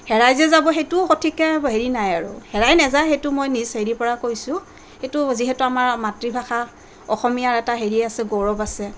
হেৰাই যে যাব সেইটোও সঠিককে হেৰি নাই আৰু হেৰাই নেযায় সেইটো মই নিজ হেৰিৰ পৰা কৈছোঁ সেইটো যিহেতু আমাৰ মাতৃভাষা অসমীয়াৰ এটা হেৰি আছে গৌৰৱ আছে